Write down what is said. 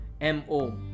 MO